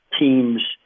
teams